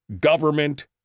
government